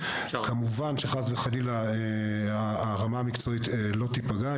כמובן שחס וחלילה הרמה המקצועית לא תיפגע,